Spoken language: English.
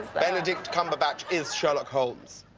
benedict cumberbatch is sherlock holmes.